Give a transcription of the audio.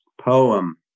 poem